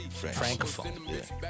francophone